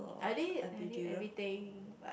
I did I did everything but